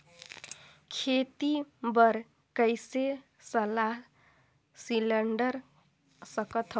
खेती बर कइसे सलाह सिलेंडर सकथन?